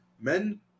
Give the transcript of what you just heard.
Men